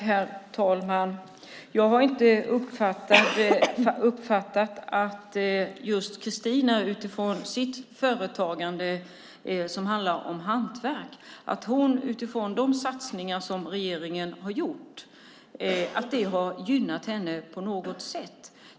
Herr talman! Jag har inte uppfattat att de satsningar som regeringen har gjort på något sätt har gynnat Kristina i hennes företagande, som handlar om hantverk.